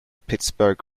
pittsburgh